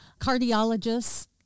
Cardiologists